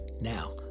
Now